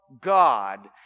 God